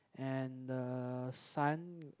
and the son